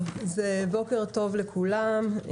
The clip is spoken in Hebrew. בוקר טוב לכולם,